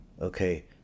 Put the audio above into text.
okay